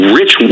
rich